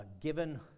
given